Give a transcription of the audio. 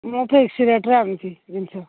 ମୁଁ ଫିକ୍ସ ରେଟ୍ରେ ଆଣୁଛି ଜିନିଷ